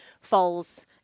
falls